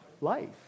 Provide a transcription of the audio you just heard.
Life